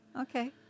okay